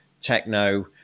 techno